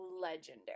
legendary